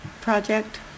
project